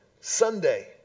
Sunday